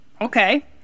Okay